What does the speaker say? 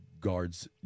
guards